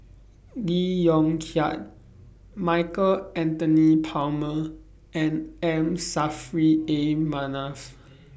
Lee Yong Kiat Michael Anthony Palmer and M Saffri A Manaf